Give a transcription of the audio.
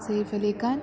Saif Ali Khan